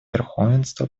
верховенства